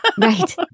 Right